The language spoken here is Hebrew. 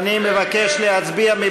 אני מבקש להצביע.